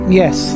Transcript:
yes